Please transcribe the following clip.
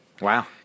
Wow